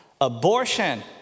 Abortion